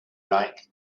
like